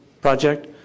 project